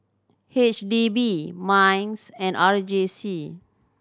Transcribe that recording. H D B MINDS and R J C